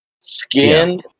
skin